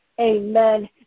amen